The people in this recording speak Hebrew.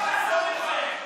לא יעזור לך,